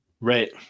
Right